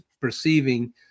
perceiving